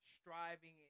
Striving